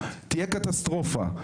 תהיה קטסטרופה.